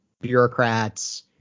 bureaucrats